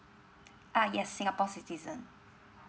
ah yes singapore's citizen